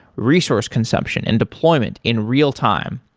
resource consumption and deployment in real time.